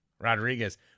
Rodriguez